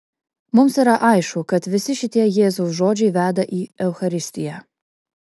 mums yra aišku kad visi šitie jėzaus žodžiai veda į eucharistiją